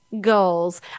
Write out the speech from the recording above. goals